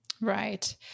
Right